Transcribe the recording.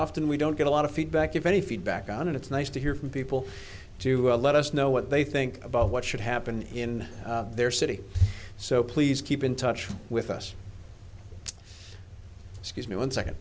often we don't get a lot of feedback if any feedback on it it's nice to hear from people to let us know what they think about what should happen in their city so please keep in touch with us excuse me one second